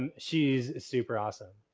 and she's super awesome.